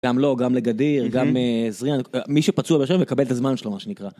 גם לו, גם לגדיר, גם אהה זרין, מי שפצוע ראשון מקבל את הזמן שלו, מה שנקרא.